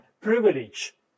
privilege